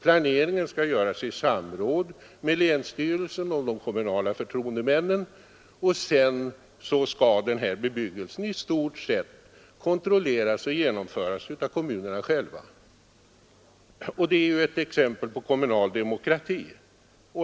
Planeringen skall göras i samråd mellan länsstyrelsen och de kommunala förtroendemännen och sedan skall bebyggelsen i stort sett genomföras och kontrolleras av kommunerna själva. Det är ett exempel på kommunal demokrati.